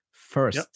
first